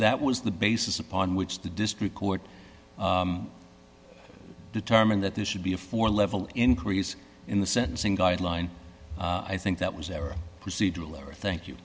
that was the basis upon which the district court determined that this should be a four level increase in the sentencing guideline i think that was ever proceed to a lower thank you